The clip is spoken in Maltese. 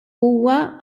huwa